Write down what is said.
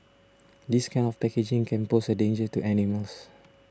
this kind of packaging can pose a danger to animals